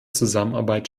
zusammenarbeit